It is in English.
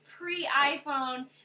pre-iPhone